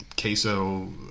queso